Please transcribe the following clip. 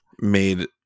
made